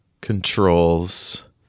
controls